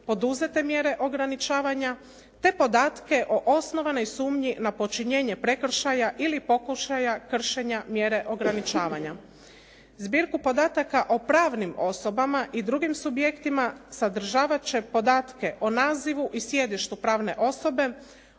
poduzete mjere ograničavanja te podatke o osnovanoj sumnji na počinjenje prekršaja ili pokušaja kršenja mjere ograničavanja. Zbirku podataka o pravnim osobama i drugim subjektima sadržavat će podatke o nazivu i sjedištu pravne osobe,